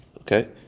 Okay